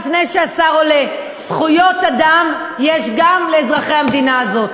לפני שהשר עולה: זכויות אדם יש גם לאזרחי המדינה הזאת.